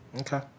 Okay